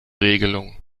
regelung